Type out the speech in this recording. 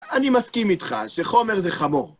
אני מסכים איתך, שחומר זה חמור.